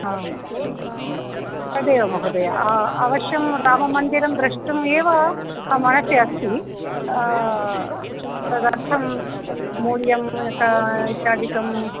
हां तदेव महोदय अवश्यं राममन्दिरं द्रष्टुं एव मम मनसि अस्ति तदर्थं मूल्यं का इत्यादिकम्